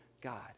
God